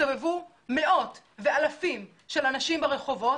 הסתובבו מאות ואלפים של אנשים ברחובות.